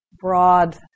broad